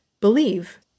believe